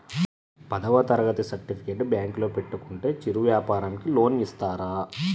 పదవ తరగతి సర్టిఫికేట్ బ్యాంకులో పెట్టుకుంటే చిరు వ్యాపారంకి లోన్ ఇస్తారా?